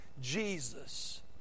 Jesus